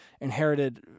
inherited